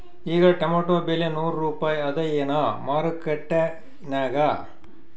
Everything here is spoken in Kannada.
ಈಗಾ ಟೊಮೇಟೊ ಬೆಲೆ ನೂರು ರೂಪಾಯಿ ಅದಾಯೇನ ಮಾರಕೆಟನ್ಯಾಗ?